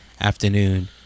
afternoon